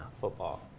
football